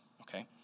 Okay